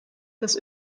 das